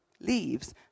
leaves